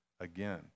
again